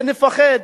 שנפחד,